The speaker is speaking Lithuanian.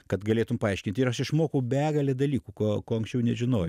kad galėtum paaiškint ir aš išmokau begalę dalykų ko ko anksčiau nežinojau